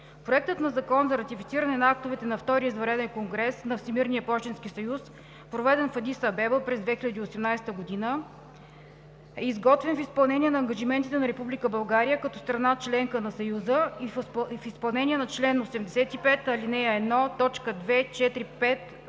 Проектът на закон за ратифициране на актовете на Втория извънреден конгрес на Всемирния пощенски съюз, проведен в Адис Абеба през 2018 г., е изготвен в изпълнение на ангажиментите на Република България като страна – членка на Съюза, и в изпълнение на чл. 85, ал. 1, т.